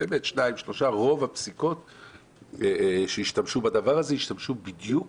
למעט שתיים-שלוש, שהשתמשו בדבר הזה השתמשו בדיוק